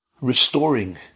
restoring